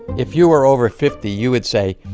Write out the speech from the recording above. if you were over fifty, you would say,